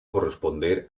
corresponder